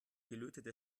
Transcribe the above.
gelötete